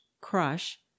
Crush